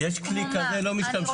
יש קליקה, זה לא משתמשים.